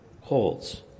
holds